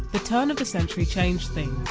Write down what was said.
the turn of the century changed things.